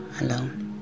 alone